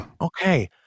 Okay